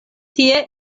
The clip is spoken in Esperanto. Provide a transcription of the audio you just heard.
tie